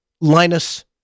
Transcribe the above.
Linus